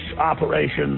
operations